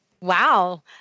Wow